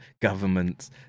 governments